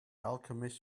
alchemist